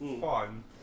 fun